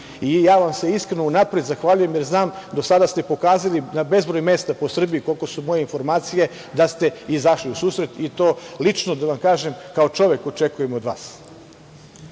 Ja vam se iskreno unapred zahvaljujem, jer znam, do sada ste pokazali na bezbroj mesta po Srbiji, koliko su moje informacije, da ste izašli u susret i to, lično da vam kažem, kao čovek očekujem od vas. Na